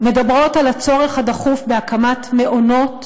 מדברות על הצורך הדחוף בהקמת מעונות